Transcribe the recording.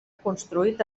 construït